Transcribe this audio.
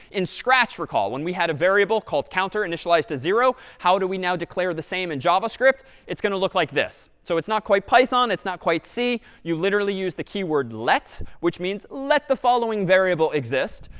in scratch, recall when we had a variable called counter initialized to zero, how do we now declare the same in javascript? it's going to look like this. so it's not quite python. it's not quite c. you literally use the keyword let, which means let the following variable exist.